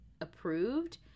approved